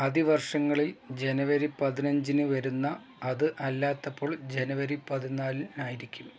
ആദ്യവർഷങ്ങളിൽ ജനുവരി പതിനഞ്ചിന് വരുന്ന അത് അല്ലാത്തപ്പോൾ ജനുവരി പതിനാലിന് ആയിരിക്കും